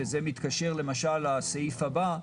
וזה מתקשר למשל לסעיף הבא,